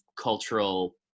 cultural